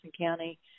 County